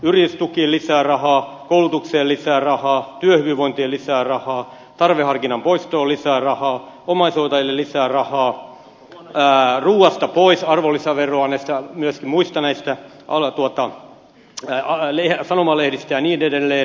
yritystukiin lisää rahaa koulutukseen lisää rahaa työhyvinvointiin lisää rahaa tarveharkinnan poistoon lisää rahaa omaishoitajille lisää rahaa ruuasta pois arvonlisävero myöskin muista näistä sanomalehdistä ja niin edelleen